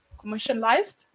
commercialized